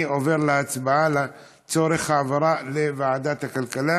אני עובר להצבעה לצורך העברה לוועדת הכלכלה.